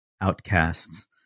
outcasts